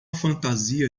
fantasia